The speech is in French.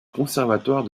conservatoire